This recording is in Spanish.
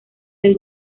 del